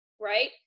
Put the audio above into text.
right